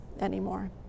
anymore